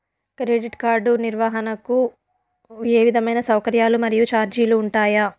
Credit card నిర్వహణకు ఏ విధమైన సౌకర్యాలు మరియు చార్జీలు ఉంటాయా?